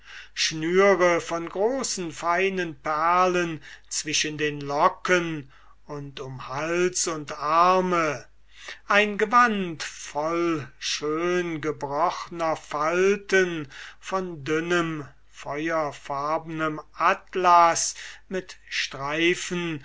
schnüre von großen feinen perlen zwischen den locken und um hals und arme ein gewand voll schön gebrochner falten von dünnem feuerfarbnem atlaß mit streifen